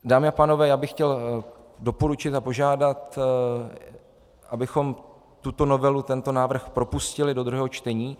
Dámy a pánové, já bych chtěl doporučit a požádat, abychom tuto novelu, tento návrh propustili do druhého čtení.